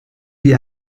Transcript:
wie